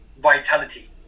vitality